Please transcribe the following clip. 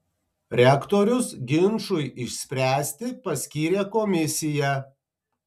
rektorius ginčui išspręsti paskyrė komisiją